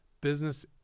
business